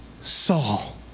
Saul